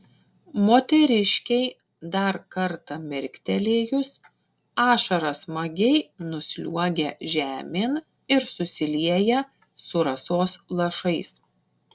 moteriškei dar kartą mirktelėjus ašara smagiai nusliuogia žemėn ir susilieja su rasos lašais